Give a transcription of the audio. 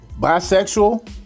bisexual